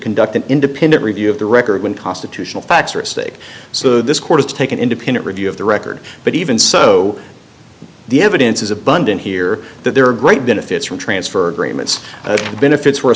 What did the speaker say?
conduct an independent review of the record when constitutional facts are at stake so this court is to take an independent review of the record but even so the evidence is abundant here that there are great benefits from transfer agreement benefits were